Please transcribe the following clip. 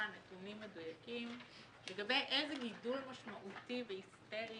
נתונים מדויקים לגבי איזה גידול משמעותי והיסטרי